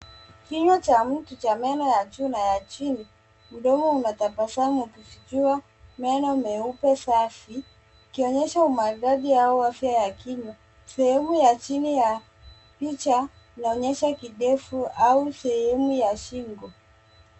Kinywa cha mtu cha meno ya juu na chini. Mdomo unatabasamuLeno ukifichua meno meupe safi ukionyesha umaridadi au afya ya kinywa. Sehemu ya chini ya picha inaonyesha kidevu au sehemu ya shingo.